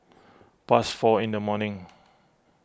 past four in the morning